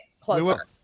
closer